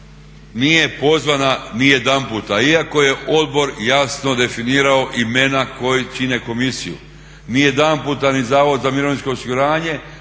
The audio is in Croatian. nije pozvana ni jedanputa iako je odbor jasno definirao imena koja čine komisiju. Ni jedanputa ni Zavod za mirovinsko osiguranje